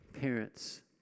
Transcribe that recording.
parents